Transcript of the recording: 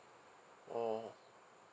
orh